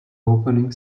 opening